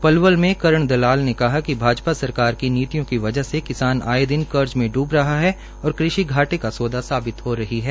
पलवल मे कर्ण दलाल ने कहा कि भाजपा सरकार की नीतियो की वजह से किसानआये दिन कर्ज में डूब रहे है और कृषि घाटे का सौदा साबित हो सकती है